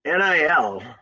NIL